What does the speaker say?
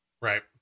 right